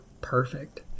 perfect